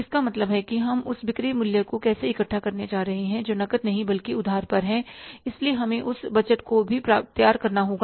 इसका मतलब है कि हम उस बिक्री मूल्य को कैसे इकट्ठा करने जा रहे हैं जो नकद नहीं बल्कि उधार पर हैं इसलिए हमें उस बजट को भी तैयार करना होगा